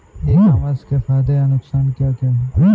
ई commerce के फायदे या नुकसान क्या क्या हैं?